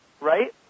right